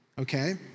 Okay